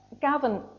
Gavin